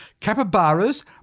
capybaras